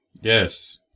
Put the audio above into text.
Yes